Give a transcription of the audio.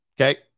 Okay